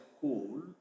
cool